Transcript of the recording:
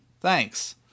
Thanks